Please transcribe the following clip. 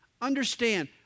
Understand